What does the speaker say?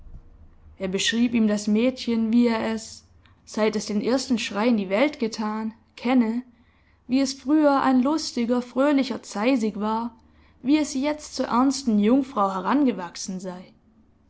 er beschrieb ihm das mädchen wie er es seit es den ersten schrei in die welt getan kenne wie es früher ein lustiger fröhlicher zeisig war wie es jetzt zur ernsten jungfrau herangewachsen sei